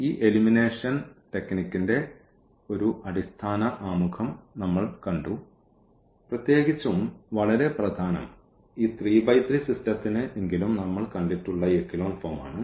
അതിനാൽ ഈ എലിമിനേഷൻ ടെക്നിക്കിന്റെ ഒരു അടിസ്ഥാന ആമുഖം നമ്മൾ കണ്ടു പ്രത്യേകിച്ചും വളരെ പ്രധാനം ഈ 3x3 സിസ്റ്റത്തിന് എങ്കിലും നമ്മൾ കണ്ടിട്ടുള്ള ഈ എക്കലോൺ ഫോം ആണ്